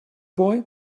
boy